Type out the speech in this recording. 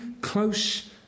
close